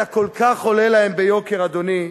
אתה כל כך עולה להם ביוקר, אדוני,